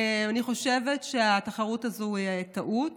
אני חושבת שהתחרות הזו היא טעות